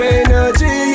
energy